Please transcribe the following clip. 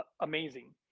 amazing